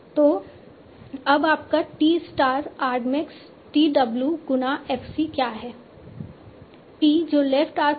तो अब आपका t star argmax t w गुना f c क्या है t जो लेफ्ट आर्क होगा